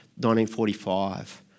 1945